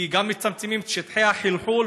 כי גם מצמצמים את שטחי החלחול,